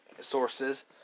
sources